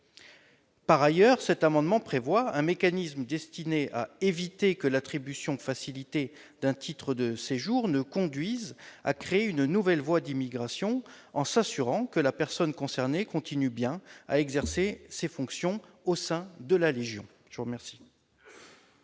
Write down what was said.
Par ailleurs, cet amendement prévoit un mécanisme destiné à éviter que l'attribution facilitée d'un titre de séjour ne conduise à créer une nouvelle voie d'immigration, en s'assurant que la personne concernée continue bien à exercer ses fonctions au sein de la Légion.